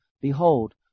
Behold